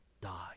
die